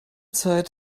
zeit